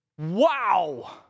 wow